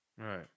Right